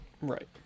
Right